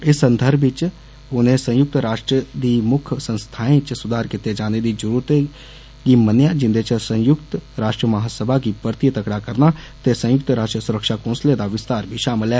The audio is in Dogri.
इस संदर्भ च उने संयुक्त राश्ट्र दी मुक्ख संस्थाएं च सुधार कीते जाने दी जरुरतै गी मन्नेआ जिन्दे च संयुक्त राश्ट्र महासभा गी परतियै तगड़ा करना ते संयुक्त राश्ट्र सुरक्षा कौंसलें दा विस्तार बी षामल ऐ